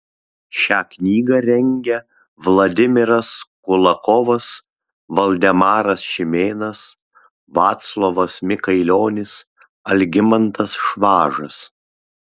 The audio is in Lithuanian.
šią knygą rengia vladimiras kulakovas valdemaras šimėnas vaclovas mikailionis algimantas švažas